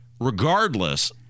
regardless